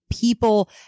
people